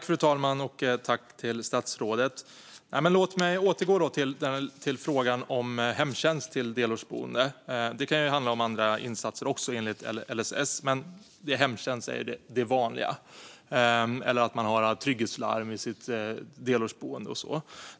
Fru talman! Låt mig återgå till frågan om hemtjänst till delårsboende. Det kan också handla om andra insatser enligt LSS, men hemtjänst eller trygghetslarm är det vanliga i delårsboendet.